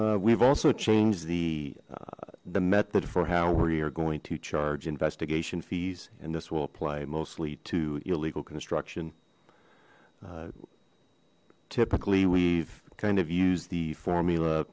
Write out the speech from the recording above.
we've also changed the the method for how we are going to charge investigation fees and this will apply mostly to illegal construction typically we've kind of used the formula